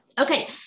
okay